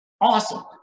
awesome